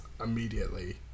immediately